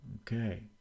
okay